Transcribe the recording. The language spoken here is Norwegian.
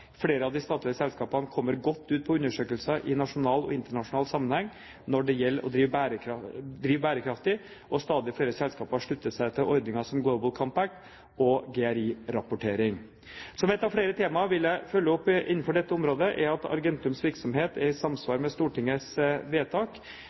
Flere av de statlige selskapene kommer godt ut på undersøkelser i nasjonal og internasjonal sammenheng når det gjelder å drive bærekraftig, og stadig flere selskaper slutter seg til ordninger som Global Compact og GRI-rapportering. Som ett av flere temaer jeg vil følge opp innenfor dette området, er at Argentums virksomhet er i